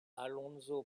alonso